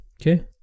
Okay